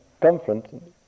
conference